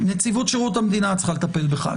נציבות שירות המדינה צריכה לטפל בך.